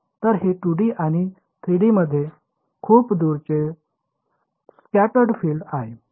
तर हे 2D किंवा 3D मध्ये खूप दूरचे स्कॅटर्ड फिल्ड आहे